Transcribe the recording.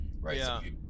right